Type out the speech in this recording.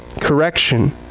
correction